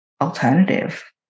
alternative